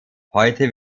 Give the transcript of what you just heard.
heute